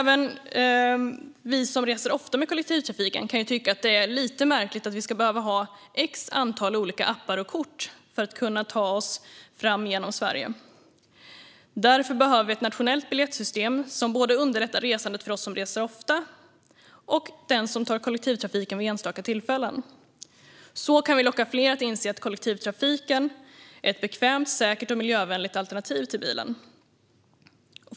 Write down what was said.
Vi som reser ofta med kollektivtrafiken kan tycka att det är lite märkligt att vi ska behöva ha ett antal olika appar och kort för att kunna ta oss fram genom Sverige. Därför behöver vi ett nationellt biljettsystem som underlättar resandet både för oss som reser ofta och för den som reser med kollektivtrafiken vid enstaka tillfällen. På så sätt kan vi få fler att inse att kollektivtrafiken är ett bekvämt, säkert och miljövänligt alternativ till bilen.